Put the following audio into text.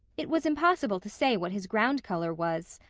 it was impossible to say what his ground color was.